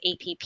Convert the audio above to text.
APP